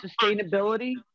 sustainability